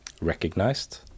recognized